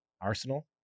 Arsenal